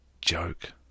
joke